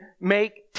make